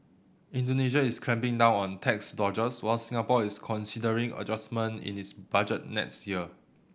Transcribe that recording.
Indonesia is clamping down on tax dodgers while Singapore is considering adjustment in its budget next year